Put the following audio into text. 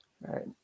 right